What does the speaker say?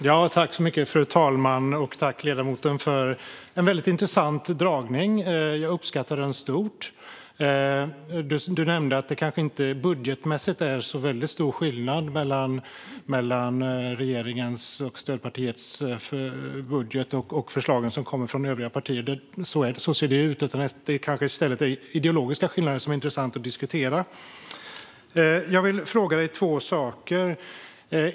Fru talman! Tack för en väldigt intressant dragning, ledamoten! Jag uppskattade den stort. Du nämnde att det kanske inte är så väldigt stor skillnad mellan å ena sidan regeringens och stödpartiets budget och å andra sidan de förslag som kommer från övriga partier, och så ser det ut. I stället är det kanske ideologiska skillnader som är det intressanta att diskutera. Jag vill fråga dig två saker, Robert Stenkvist.